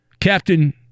Captain